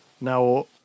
Now